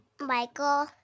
Michael